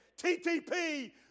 TTP